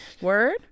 Word